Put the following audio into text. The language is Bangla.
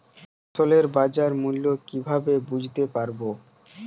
ফসলের বাজার মূল্য কিভাবে বুঝতে পারব?